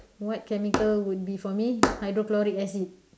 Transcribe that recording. what chemical would be for me hydrochloric acid